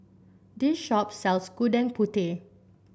this shop sells Gudeg Putih